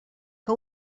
que